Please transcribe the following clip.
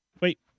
wait